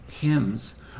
hymns